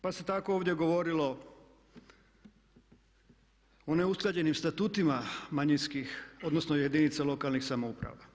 Pa se tako ovdje govorilo o neusklađenim statutima manjinskih, odnosno jedinica lokalnih samouprava.